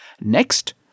Next